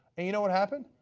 and you know what happened?